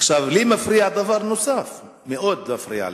עכשיו, לי מפריע דבר נוסף, מאוד מפריע לי,